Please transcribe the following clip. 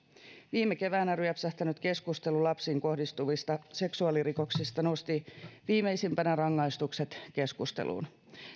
viime keväänä ryöpsähtänyt keskustelu lapsiin kohdistuvista seksuaalirikoksista nosti viimeisimpänä rangaistukset keskusteluun